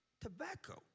Tobacco